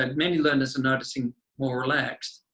and many learners are noticing more relaxed.